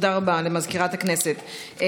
תודה רבה למזכירת הכנסת.